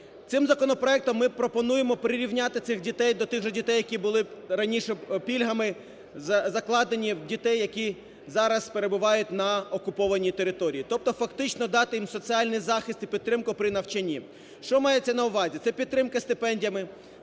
Цим законопроектом ми пропонуємо прирівняти цих дітей до тих же дітей, які були раніше пільгами закладені в дітей, які зараз перебувають на окупованій території. Тобто фактично дати їм соціальний захист і підтримку при навчанні. Що мається на увазі. Це підтримка стипендіями,